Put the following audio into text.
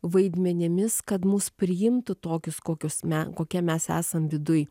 vaidmenimis kad mus priimtų tokius kokius mes kokie mes esam viduj